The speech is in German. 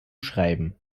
schreiben